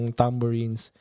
tambourines